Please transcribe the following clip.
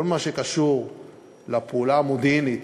כל מה שקשור לפעולה המודיעינית